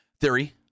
Theory